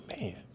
man